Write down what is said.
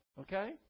Okay